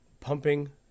pumping